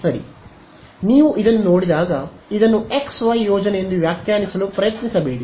ಆದ್ದರಿಂದ ನೀವು ಇದನ್ನು ನೋಡಿದಾಗ ಇದನ್ನು x y ಯೋಜನೆ ಎಂದು ವ್ಯಾಖ್ಯಾನಿಸಲು ಪ್ರಯತ್ನಿಸಬೇಡಿ